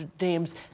names